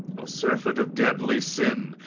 a surfeit of deadly sin,